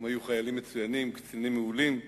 הם היו חיילים מצוינים, קצינים מעולים.